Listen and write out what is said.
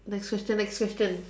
next question next question